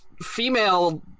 female